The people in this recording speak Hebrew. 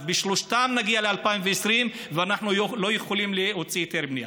אז בשלושתן נגיע ל-2020 ואנחנו לא יכולים להוציא היתרי בנייה.